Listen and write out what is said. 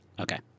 Okay